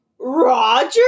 Roger